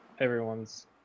everyone's-